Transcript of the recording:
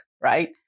right